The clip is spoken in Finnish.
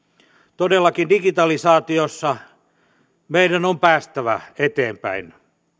todellakin digitalisaatiossa meidän on päästävä eteenpäin